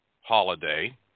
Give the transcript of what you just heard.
holiday